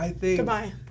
Goodbye